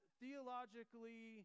theologically